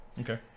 Okay